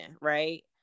right